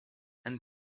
and